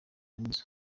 nizzo